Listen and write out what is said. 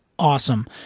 Awesome